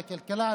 לכלכלה,